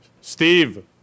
Steve